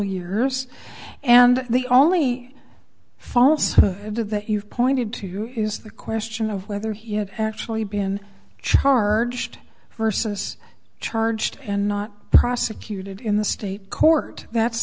couple years and the only false to that you've pointed to is the question of whether he had actually been charged first since charged and not prosecuted in the state court that's